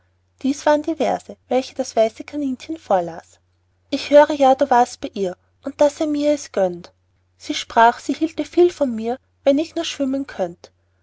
dies waren die verse welche das weiße kaninchen vorlas ich höre ja du warst bei ihr und daß er mir es gönnt sie sprach sie hielte viel von mir wenn ich nur schwimmen könnt